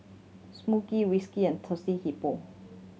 Smiggle and Thirsty Hippo